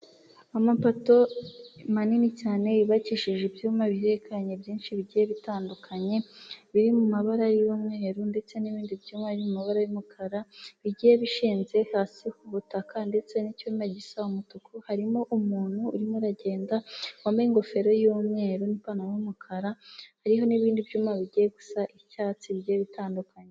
Amapoto manini cyane yubakishije ibyuma bihekanye byinshi bigiye bitandukanye, biri mu mabara y'umweru ndetse n'ibindi byuma biri mu mabara y'umukara, bigiye bishinze hasi ku butaka, ndetse n'icyuma gisa umutuku. Harimo umuntu urimo uragenda, wambaye ingofero y'umweru n'ipantaro y'umukara. Hariho n'ibindi byuma bijya gusa icyatsi bigiye bitandukanye.